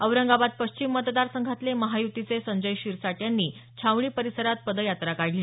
औरंगाबाद पश्चिम मतदारसंघातले महायुतीचे संजय शिरसाट यांनी छावणी परिसरात पदयात्रा काढली